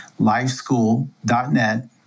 LifeSchool.net